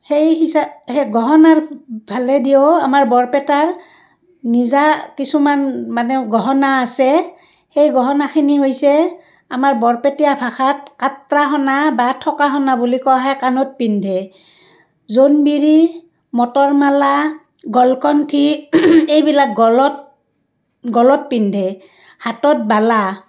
সেই হিচা সেই গহনাৰ ফালেদিও আমাৰ বৰপেটাৰ নিজা কিছুমান মানে গহনা আছে সেই গহনাখিনি হৈছে আমাৰ বৰপেটীয়া ভাষাত আত্ৰাসনা বা থকাসোণা বুলি কোৱা হয় কাণত পিন্ধে জোনবিৰি মটৰমালা গলকণ্ঠী এইবিলাক গলত গলত পিন্ধে হাতত বালা